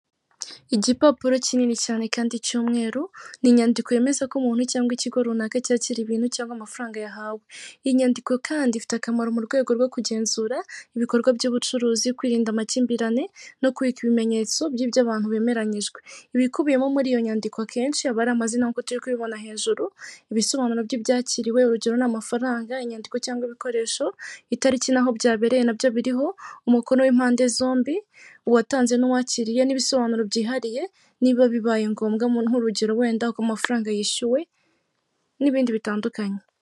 Igipapuro kinini cyane kandi cy'umweru ni inyandiko yemeza ko umuntu cyangwa ikigo runaka cyakira ibintu cyangwa amafaranga yahawe, iyi nyandiko kandi ifite akamaro mu rwego rwo kugenzura ibikorwa by'ubucuruzi kwirinda amakimbirane no kubika ibimenyetso by'ibyo abantu bemeranyijwe. Ibikubiyemo muri iyo nyandiko akenshi aba ari amazina nkuko turi kubibona hejuru ibisobanuro byibyakiriwe urugero ni amafaranga, inyandiko cyangwa ibikoresho, itariki n'aho byabereye nabyo biriho, umukono w'impande zombi, uwatanze n'uwakiriye n'ibisobanuro byihariye niba bibaye ngombwa mu nk'urugero wenda ku mafaranga yishyuwe n'ibindi bitandukanye.